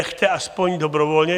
Nechte aspoň dobrovolně.